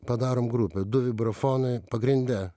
padarom grupę du vibrafonai pagrinde